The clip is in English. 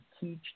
teach